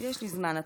יש לך זמן.